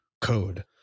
code